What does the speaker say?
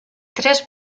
tres